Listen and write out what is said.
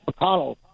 McConnell